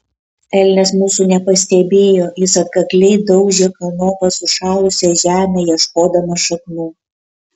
elnias mūsų nepastebėjo jis atkakliai daužė kanopa sušalusią žemę ieškodamas šaknų